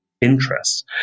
interests